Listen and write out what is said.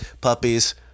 Puppies